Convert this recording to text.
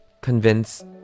convince